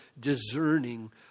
discerning